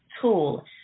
tool